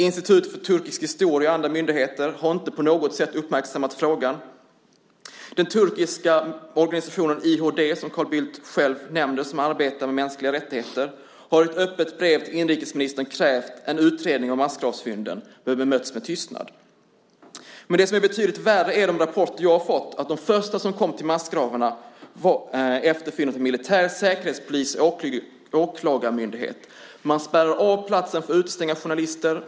Institutet för turkisk historia och andra myndigheter har inte på något sätt uppmärksammat frågan. Den turkiska organisationen IHD, som Carl Bildt själv nämnde, som arbetar med mänskliga rättigheter, har i ett öppet brev till inrikesministern krävt en utredning av massgravsfynden men bemötts med tystnad. Det som är betydligt värre är de rapporter som jag har fått om att de första som kom till massgravarna efter fyndet var militär säkerhetspolis och åklagarmyndighet. Man spärrade av platsen för att utestänga journalister.